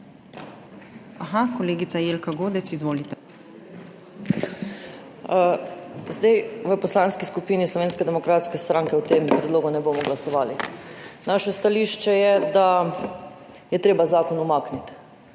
Aha, kolegica Jelka Godec. Izvolite. JELKA GODEC (PS SDS): V Poslanski skupini Slovenske demokratske stranke o tem predlogu ne bomo glasovali. Naše stališče je, da je treba zakon umakniti,